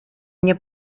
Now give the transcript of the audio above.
мне